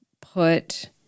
put